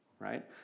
Right